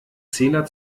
zähler